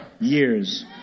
years